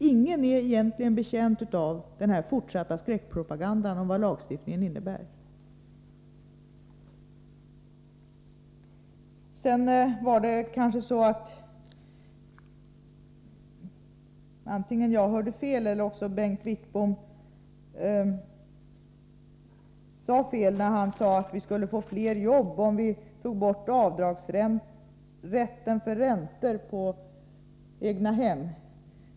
Ingen är egentligen betjänt av den fortsatta skräckpropagandan om vad lagstiftningen innebär. Kanske var det vidare antingen så att jag hörde fel eller så att Bengt Wittbom sade fel när han menade att vi skulle få fler jobb, om vi tog bort rätten till avdrag för räntor på egnahemslån.